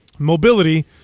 mobility